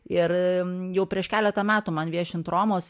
ir jau prieš keletą metų man viešint romos